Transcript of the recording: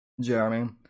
Jeremy